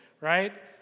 right